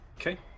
Okay